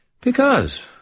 Because